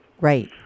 Right